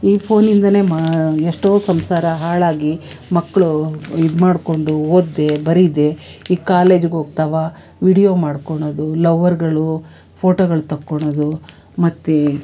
ಈ ಫೋನಿಂದಲೇ ಮಾ ಎಷ್ಟೋ ಸಂಸಾರ ಹಾಳಾಗಿ ಮಕ್ಕಳು ಇದ್ಮಾಡ್ಕೊಂಡು ಓದದೆ ಬರಿದೇ ಈ ಕಾಲೇಜಿಗೆ ಹೋಗ್ತಾವೆ ವೀಡಿಯೋ ಮಾಡ್ಕೊಳೋದು ಲವರ್ಗಳು ಫೋಟೋಗಳು ತಕ್ಕೊಳೋದು ಮತ್ತೆ